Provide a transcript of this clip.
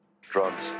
Drugs